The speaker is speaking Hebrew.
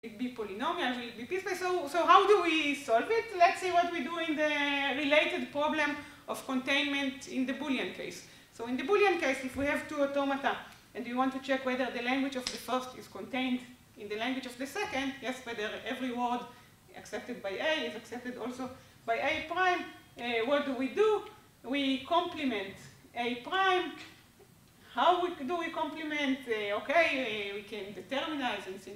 זה יהיה פולינומיה, זה יהיה פספס, אז איך נפגש את זה? בואו נראה מה אנחנו עושים בפרוברמה היחסית לתפקיד במקום בוליאן. אז במקום בוליאן, אם יש לנו שתי אוטומטה ואתם רוצים לבחור אם המדבר של הראשון מתפקד במדבר של הראשון, נכון, אם כל אדם נכנס ל-A נכנס גם ל-A', מה אנחנו עושים? אנחנו נפגשים A', איך אנחנו נפגשים? אוקיי, אנחנו יכולים לדטרמיניזם את זה.